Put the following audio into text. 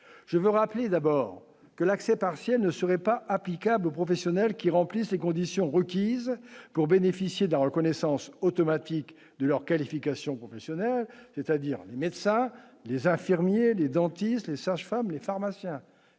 je veux rappeler d'abord que l'accès partiel ne serait pas applicable aux professionnels qui remplissent les conditions requises pour bénéficier de la reconnaissance automatique de leur qualification professionnelle, c'est-à-dire les médecins, les infirmiers, les dentistes, les sages-femmes, les pharmaciens,